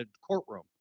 courtroom